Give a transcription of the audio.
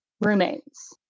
roommates